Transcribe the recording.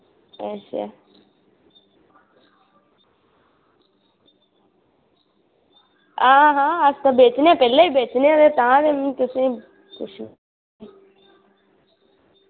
अच्छा आं अस बेचने आं पैह्लें बी बेचने आं तां में तुसें ई पुच्छेआ